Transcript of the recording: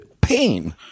pain